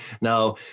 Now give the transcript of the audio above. Now